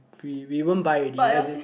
we we won't buy already as in